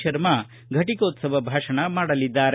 ಶರ್ಮಾ ಘಟಿಕೋತ್ಸವ ಭಾಷಣ ಮಾಡಲಿದ್ದಾರೆ